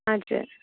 हजुर